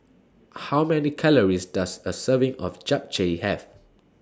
How Many Calories Does A Serving of Japchae Have